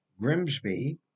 Grimsby